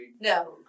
no